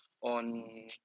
on